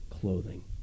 clothing